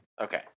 Okay